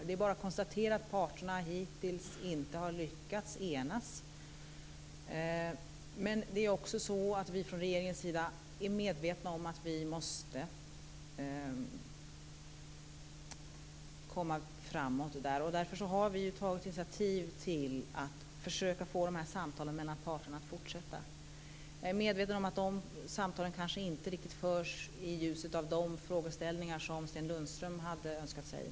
Det är bara att konstatera att parterna hittills inte har lyckats enas. Men det är också så att vi från regeringens sida är medvetna om att vi måste komma framåt. Därför har vi ju tagit initiativ till att försöka få de här samtalen mellan parterna att fortsätta. Jag är medveten om att de samtalen kanske inte riktigt förs i ljuset av de frågeställningar som Sten Lundström hade önskat sig.